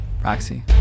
Roxy